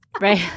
right